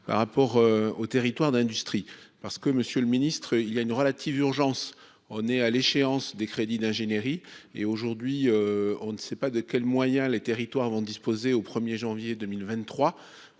par rapport aux territoires d'industrie parce que Monsieur le ministre, il y a une relative urgence, on est à l'échéance des crédits d'ingénierie et aujourd'hui on ne sait pas de quel moyen les territoires vont disposer au 1er janvier 2023